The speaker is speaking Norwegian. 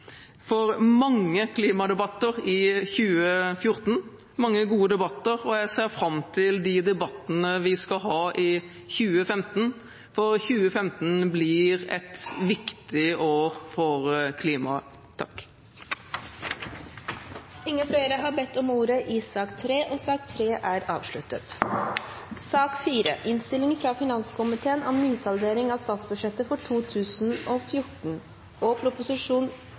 mange gode klimadebatter i 2014. Jeg ser fram til de debattene vi skal ha i 2015, for 2015 blir et viktig år for klimaet. Dermed er debatten i sak nr. 3 avsluttet. Etter ønske fra finanskomiteen vil presidenten foreslå at taletiden blir begrenset til 5 minutter til hver partigruppe og 5 minutter til medlem av